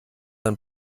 ein